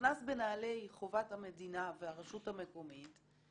שנכנס בנעלי חובת המדינה והרשות המקומית?